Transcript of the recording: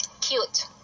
Cute